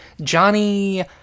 Johnny